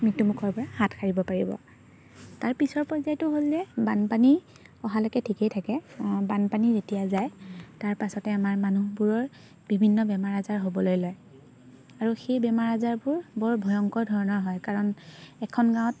মৃত্যুমুখৰপৰা হাত সাৰিব পাৰিব তাৰ পিছৰ পৰ্যায়টো হ'ল যে বানপানী অহালৈকে ঠিকেই থাকে বানপানী যেতিয়া যায় তাৰপাছতে আমাৰ মানুহবোৰৰ বিভিন্ন বেমাৰ আজাৰ হ'বলৈ লয় আৰু সেই বেমাৰ আজাৰবোৰ বৰ ভয়ংকৰ ধৰণৰ হয় কাৰণ এখন গাঁৱত